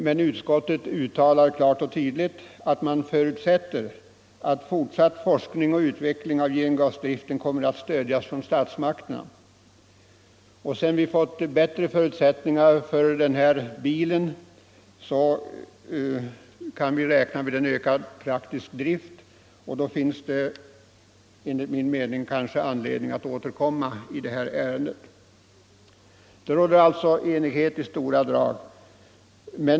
Men utskottet säger klart och tydligt att man förutsätter att fortsatt forskning och utveckling av gengasdriften kommer att stödjas av statsmakterna, och sedan vi fått bättre förutsättningar för en ökad praktisk drift av sådana bilar finns det enligt min mening anledning att återkomma i ärendet. Det råder alltså i stora drag enighet.